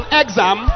exam